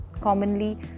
Commonly